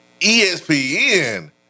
ESPN